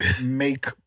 make